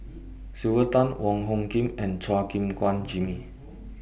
Sylvia Tan Wong Hung Khim and Chua Gim Guan Jimmy